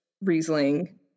Riesling